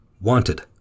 Wanted